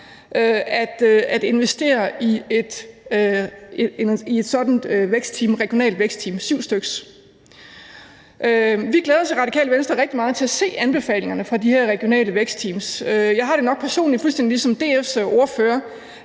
at investere i sådanne regionale vækstteams – syv styks. Vi glæder os i Radikale Venstre rigtig meget til at se anbefalingerne fra de her regionale vækstteams. Jeg har det nok personligt fuldstændig ligesom DF's ordfører,